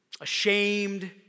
ashamed